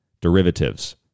derivatives